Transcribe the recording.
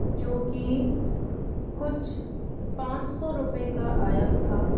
جو کہ کچھ پانچ سو روپیے کا آیا تھا